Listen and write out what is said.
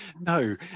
No